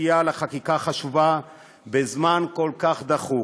שסייעה לחקיקה החשובה בזמן כל כך דחוק: